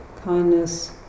Kindness